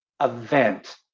event